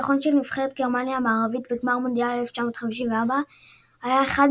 הניצחון של נבחרת גרמניה המערבית בגמר מונדיאל 1954 היה אחד